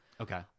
Okay